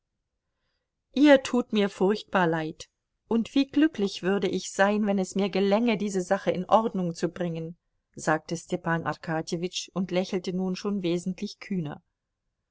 ihr tut mir furchtbar leid und wie glücklich würde ich sein wenn es mir gelänge diese sache in ordnung zu bringen sagte stepan arkadjewitsch und lächelte nun schon wesentlich kühner